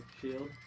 shield